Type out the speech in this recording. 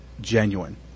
genuine